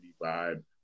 vibe